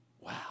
Wow